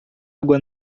água